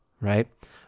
right